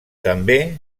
també